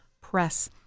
Press